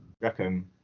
reckon